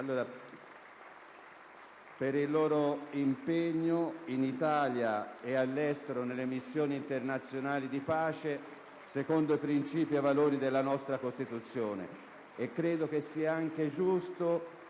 applausi)* ...in Italia e all'estero nelle missioni internazionali di pace, secondo i principi e i valori della nostra Costituzione. Credo sia anche giusto